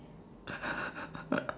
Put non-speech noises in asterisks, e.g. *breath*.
*breath*